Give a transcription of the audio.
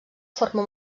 forma